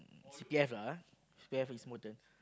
C_P_F lah ah C_P_F is more than